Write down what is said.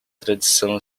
tradição